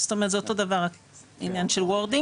זאת אומרת, זה אותו דבר רק עניין של wording.